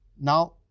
Now